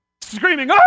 screaming